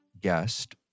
guest